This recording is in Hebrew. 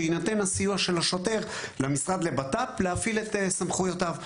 שיינתן הסיוע של השוטר למשרד לבט"פ להפעיל את סמכויותיו.